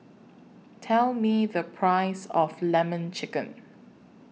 Tell Me The Price of Lemon Chicken